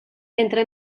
entre